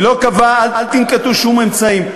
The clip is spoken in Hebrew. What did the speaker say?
הוא לא קבע: אל תנקטו שום אמצעים.